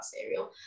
cereal